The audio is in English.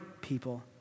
people